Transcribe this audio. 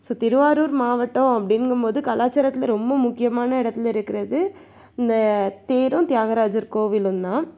so Thiruvarur மாவட்டம் அப்படிங்கும்போது கலாச்சாரத்தில் ரொம்ப முக்கியமான இடத்துல இருக்கிறது இந்த தேரும் தியாகராஜர் கோவிலும் தான்